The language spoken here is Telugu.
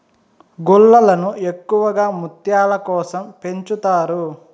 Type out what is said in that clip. గుల్లలను ఎక్కువగా ముత్యాల కోసం పెంచుతారు